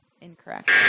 Incorrect